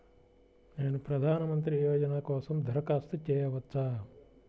నేను ప్రధాన మంత్రి యోజన కోసం దరఖాస్తు చేయవచ్చా?